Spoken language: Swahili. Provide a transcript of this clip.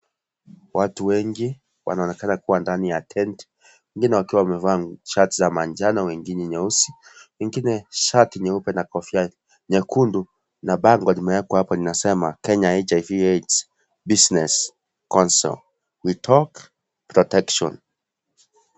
Watu wengi wanaonekana kuwa ndani ya tent wengine wakiwa wamevaa shati za manjano, wengine nyeusi, wengine shati nyeupe na kofia nyekundu na bango limewekwa hapo linasema Kenya HIV/AIDS business console, we talk protection .